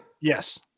Yes